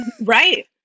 Right